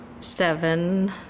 seven